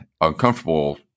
uncomfortable